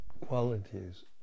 qualities